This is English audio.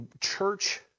church